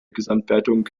gesamtwertung